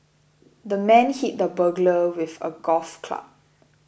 the man hit the burglar with a golf club